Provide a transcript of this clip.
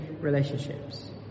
relationships